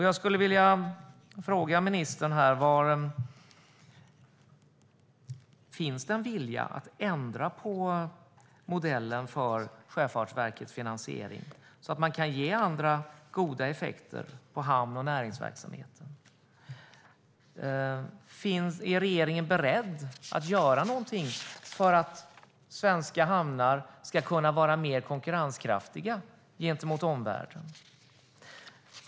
Jag vill fråga ministern: Finns det en vilja att ändra på modellen för Sjöfartsverkets finansiering, så att det kan leda till goda effekter på hamn och näringsverksamhet? Är regeringen beredd att göra någonting för att svenska hamnar ska kunna vara mer konkurrenskraftiga gentemot omvärlden?